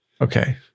Okay